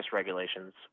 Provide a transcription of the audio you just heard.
regulations